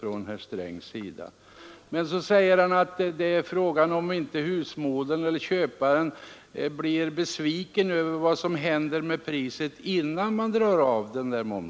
Men han säger också att frågan är om inte husmödrarna eller andra köpare blir besvikna över vad som har hänt med priset innan momssänkningen dras av.